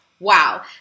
Wow